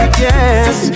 yes